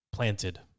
planted